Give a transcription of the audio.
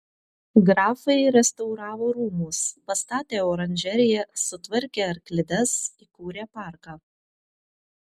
grafai restauravo rūmus pastatė oranžeriją sutvarkė arklides įkūrė parką